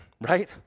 right